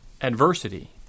adversity